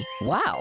Wow